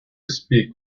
speak